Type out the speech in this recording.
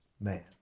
man